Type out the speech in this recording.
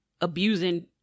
abusing